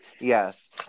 Yes